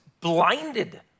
blinded